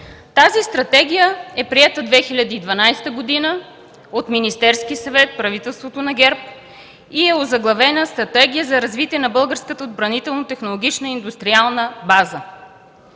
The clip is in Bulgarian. Тази стратегия е приета през 2012 г. от Министерския съвет, от правителството на ГЕРБ, и е озаглавена „Стратегия за развитие на българската отбранително-технологична индустриална база”.